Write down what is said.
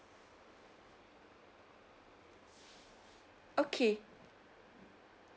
okay